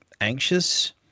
anxious